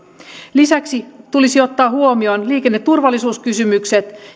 lisäksi tulisi ottaa huomioon liikenneturvallisuuskysymykset